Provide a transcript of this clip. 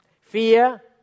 Fear